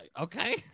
okay